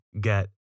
get